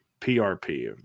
PRP